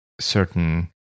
certain